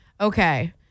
Okay